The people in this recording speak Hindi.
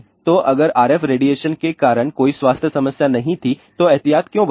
तो अगर RF रेडिएशन के कारण कोई स्वास्थ्य समस्या नहीं थी तो एहतियात क्यों बरतें